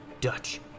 Dutch